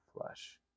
flesh